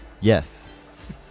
yes